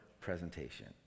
presentation